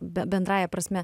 bendrąja prasme